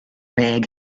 bag